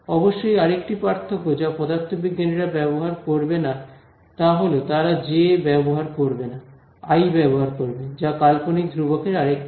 অবশ্যই আর একটি পার্থক্য যা পদার্থবিজ্ঞানীরা ব্যবহার করবে না তা হল তারা যে ব্যবহার করবে না আই ব্যবহার করবে যা কাল্পনিক ধ্রুবকের আরেকটি রূপ